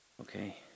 okay